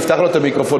תפתח לו את המיקרופון,